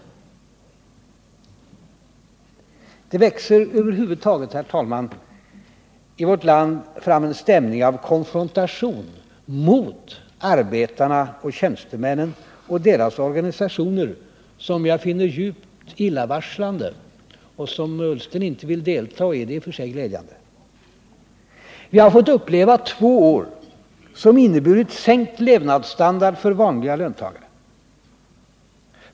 Det växer i vårt land fram en stämning av konfrontation mot arbetarna och tjänstemännen och deras organisationer, som jag finner djupt illavarslande. Den konfrontationen vill Ola Ullsten inte delta i, och det är i och för sig glädjande. Vi har fått uppleva två år som inneburit sänkt levnadsstandard för vanliga löntagare.